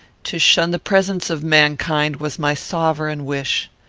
to shun the presence of mankind was my sovereign wish.